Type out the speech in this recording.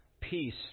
peace